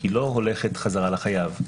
לא הולכת חזרה לחייב.